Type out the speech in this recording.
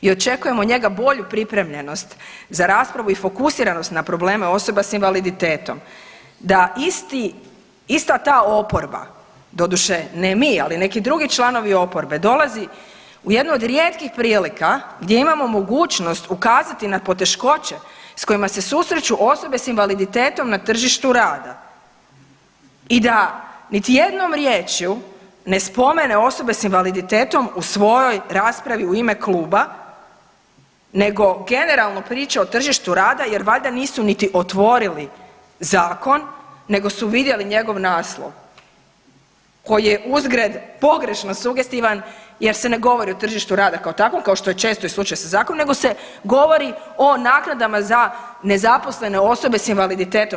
I očekujem od njega bolju pripremljenost za raspravu i fokusiranost na probleme osoba s invaliditetom da ista ta oporba, doduše ne mi, ali neki drugi članovi oporbe dolazi u jednu od rijetkih prilika gdje imamo mogućnost ukazati na poteškoće s kojima se susreću osobe s invaliditetom na tržištu rada i da niti jednom riječju ne spomene osobe s invaliditetom u svojoj raspravi u ime kluba nego generalno priča o tržištu rada jer valjda nisu niti otvorili zakon nego su vidjeli njegov naslov, koji je uzgred pogrešno sugestivan jer se ne govori o tržištu rada kao takvog kao što je često i slučaj sa zakonom, nego se govori o naknadama za nezaposlene osobe s invaliditetom.